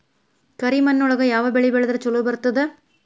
ಕರಿಮಣ್ಣೊಳಗ ಯಾವ ಬೆಳಿ ಬೆಳದ್ರ ಛಲೋ ಬರ್ತದ?